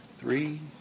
three